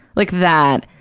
like that,